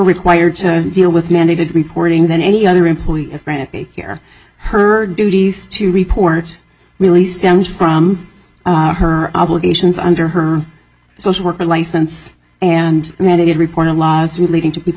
required to deal with mandated reporting than any other employee of the year her duties to report really stems from her obligations under her social worker license and mandated reporter laws relating to people